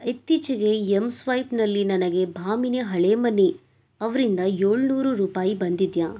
ಇತ್ತೀಚಿಗೆ ಎಮ್ ಸ್ವೈಪ್ನಲ್ಲಿ ನನಗೆ ಭಾಮಿನಿ ಹಳೇಮನಿ ಅವರಿಂದ ಏಳ್ನೂರು ರೂಪಾಯಿ ಬಂದಿದೆಯಾ